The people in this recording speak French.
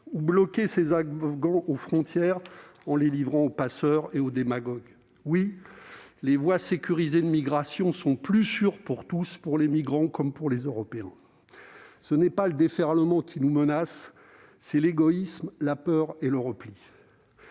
ou bloquer ces Afghans aux frontières en les livrant aux passeurs et aux démagogues ? Oui, les voies sécurisées de migrations sont plus sûres pour tous, pour les migrants comme pour les Européens. Ce n'est pas le déferlement qui nous menace, ce sont l'égoïsme, la peur et le repli.